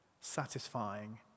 satisfying